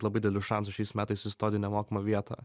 labai didelius šansus šiais metais įstot į nemokamą vietą